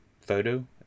Photo